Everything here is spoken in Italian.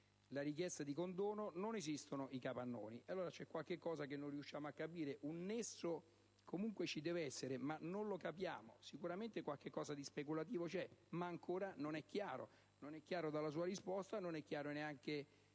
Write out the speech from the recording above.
la richiesta di condono ma non esistono i capannoni; c'è allora qualcosa che non riusciamo a capire. Un nesso comunque ci deve essere, ma non lo capiamo. Sicuramente qualcosa di speculativo c'è, ma ancora non è chiaro dalla sua risposta e non è quindi chiaro neanche